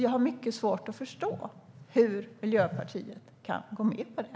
Jag har mycket svårt att förstå hur Miljöpartiet kan gå med på det.